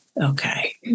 Okay